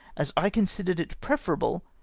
as i considered it pre ferable,